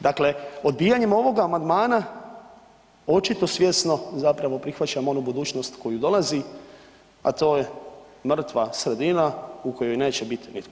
Dakle, odbijanjem ovoga amandmana očito svjesno zapravo prihvaćamo onu budućnost koja dolazi, a to je mrtva sredina u kojoj neće biti nitko.